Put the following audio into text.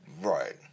Right